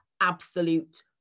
absolute